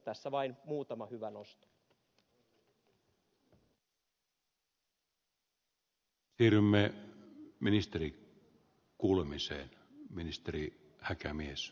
tässä vain muutama hyvä nosto